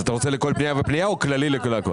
אתה רוצה לכל פנייה ופנייה, או כללי לכול?